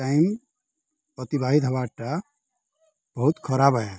time ଅତିବାହିଦ ହବାରଟା ବହୁତ ଖରାପ ହେ